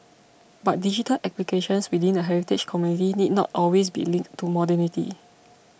but digital applications within the heritage community need not always be linked to modernity